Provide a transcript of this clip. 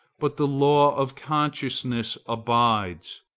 but the law of consciousness abides.